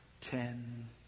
ten